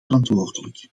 verantwoordelijk